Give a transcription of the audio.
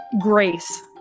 grace